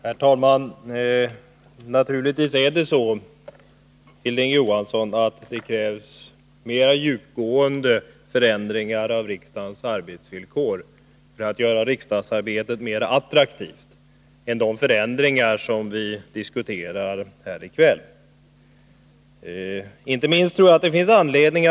Herr talman! Naturligtvis är det så, Hilding Johansson, att det krävs mera djupgående förändringar i riksdagens arbetsvillkor än de förändringar som vi diskuterar här i kväll för att göra riksdagsarbetet mer attraktivt.